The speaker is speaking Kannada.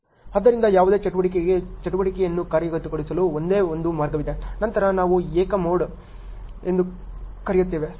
ಆದ್ದರಿಂದ ಯಾವುದೇ ಚಟುವಟಿಕೆಗೆ ಚಟುವಟಿಕೆಯನ್ನು ಕಾರ್ಯಗತಗೊಳಿಸಲು ಒಂದೇ ಒಂದು ಮಾರ್ಗವಿದೆ ನಂತರ ನಾವು ಏಕ ಮೋಡ್ ಎಂದು ಕರೆಯುತ್ತೇವೆ